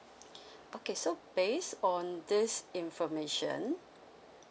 okay so based on this information